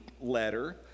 letter